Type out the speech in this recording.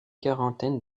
quarantaine